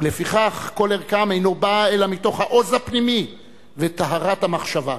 ולפיכך כל ערכם אינו בא אלא מתוך העוז הפנימי וטהרת המחשבה.